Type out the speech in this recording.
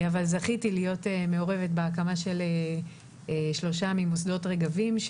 אבל זכיתי להיות מעורבת בהקמה של שלושה ממוסדות רגבים,